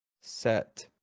Set